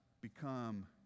become